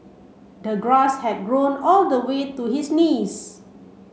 the grass had grown all the way to his knees